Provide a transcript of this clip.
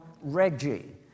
Reggie